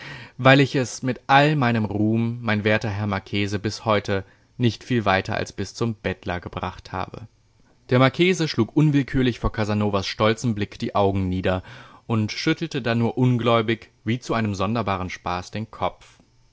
weil ich es mit all meinem ruhm mein werter herr marchese bis heute nicht viel weiter als bis zum bettler gebracht habe der marchese schlug unwillkürlich vor casanovas stolzem blick die augen nieder und schüttelte dann nur ungläubig wie zu einem sonderbaren spaß den kopf